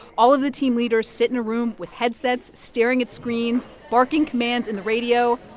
all of the team leaders sit in a room with headsets, staring at screens, barking commands in the radio,